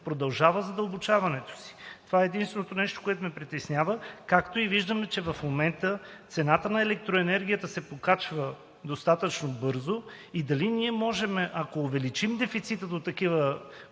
продължава задълбочаването си. Това е единственото нещо, което ме притеснява, както и в момента виждаме, че цената на електроенергията се покачва достатъчно бързо. Дали ние можем, ако увеличим дефицита до такива